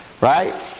Right